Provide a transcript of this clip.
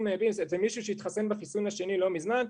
PIMS אצל מישהו שהתחסן בחיסון השני לא מזמן.